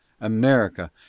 America